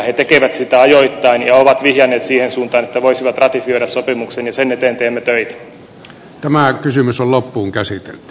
he tekevät sitä ajoittain ja ovat vihjanneet siihen suuntaan että voisivat ratifioida sopimuksen ja sen eteen teemme töitä